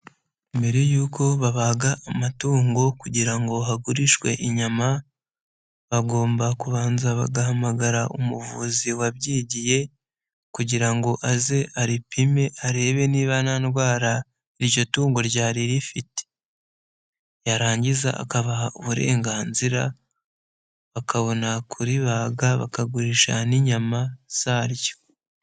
Mbere yuko babaga amatungo kugira ngo hagurishwe inyama, bagomba kubanza bagahamagara umuvuzi wabyigiye kugira ngo aze aripime arebe niba nta ndwara iryo tungo ryari rifite, yarangiza akabaha uburenganzira bakabona kuribaga, bakagurisha n'inyama zaryo.